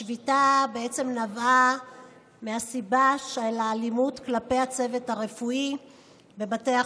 השביתה נבעה מהסיבה של האלימות כלפי הצוות הרפואי בבתי החולים.